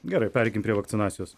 gerai pereikim prie vakcinacijos